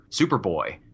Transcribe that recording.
Superboy